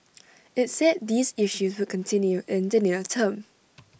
IT said these issues would continue in the near term